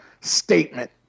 statement